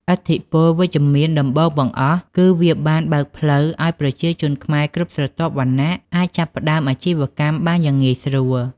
ឥទ្ធិពលវិជ្ជមានដំបូងបង្អស់គឺវាបានបើកផ្លូវឱ្យប្រជាជនខ្មែរគ្រប់ស្រទាប់វណ្ណៈអាចចាប់ផ្តើមអាជីវកម្មបានយ៉ាងងាយស្រួល។